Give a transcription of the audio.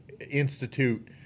institute